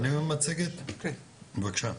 מצגת, בבקשה.